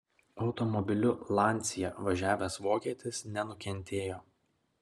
automobiliu lancia važiavęs vokietis nenukentėjo